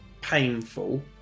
painful